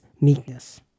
meekness